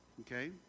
okay